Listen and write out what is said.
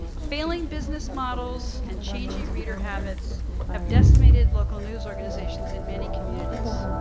failing business models and changing reader habits have decimated local news organizations in many communities.